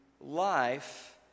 life